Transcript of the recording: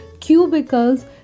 Cubicles